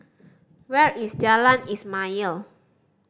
where is Jalan Ismail